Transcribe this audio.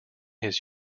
his